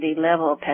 level